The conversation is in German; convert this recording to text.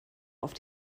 auf